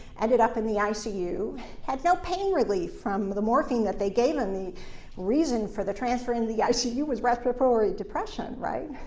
ended up in the icu had no pain relief from the morphine that they gave him. the reason for the transfer in the icu was respiratory depression, right?